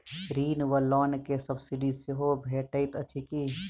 ऋण वा लोन केँ सब्सिडी सेहो भेटइत अछि की?